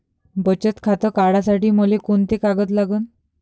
बचत खातं काढासाठी मले कोंते कागद लागन?